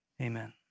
Amen